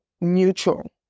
neutral